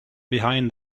behind